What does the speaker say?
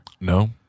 No